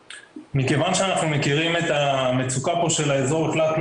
מכיוון שאנחנו מכירים את המצוקה פה של האזור החלטנו